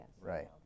right